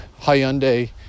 Hyundai